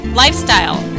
lifestyle